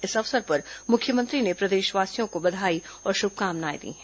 इस अवसर पर मुख्यमंत्री ने प्रदेशवासियों को बधाई और श्भकामनाएं दी हैं